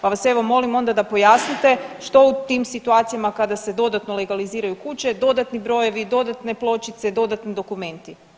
Pa vas evo molim onda da pojasnite, što u tim situacijama kada se dodatno legaliziraju kuće, dodatni brojevi, dodatne pločice, dodatni dokumenti.